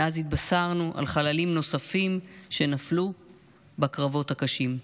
מאז התבשרנו על חללים נוספים שנפלו בקרבות הקשים.